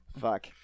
Fuck